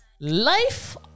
life